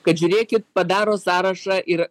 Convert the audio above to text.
kad žiūrėkit padaro sąrašą ir